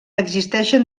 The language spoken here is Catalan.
existeixen